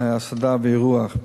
הסעדה ואירוח.